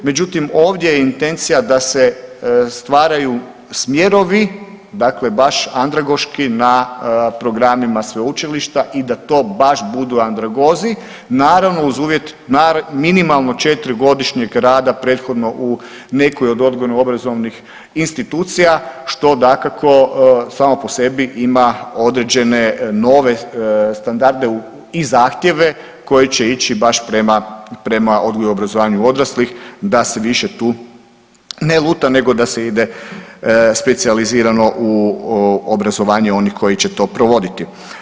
Međutim, ovdje je intencija da se stvaraju smjerovi, dakle baš andragoški na programima sveučilišta i da to baš budu andragozi naravno uz uvjet minimalno 4 godišnjeg rada prethodno u nekoj od odgojno-obrazovnih institucija što dakako samo po sebi ima određene nove standarde i zahtjeve koji će ići baš prema odgoju i obrazovanju odraslih da se više tu ne luta, nego da se ide specijalizirano u obrazovanje onih koji će to provoditi.